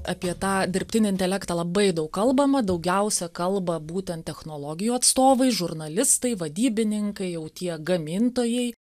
apie tą dirbtinį intelektą labai daug kalbama daugiausia kalba būtent technologijų atstovai žurnalistai vadybininkai jau tie gamintojai